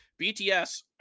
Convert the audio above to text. BTS